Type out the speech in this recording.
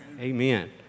Amen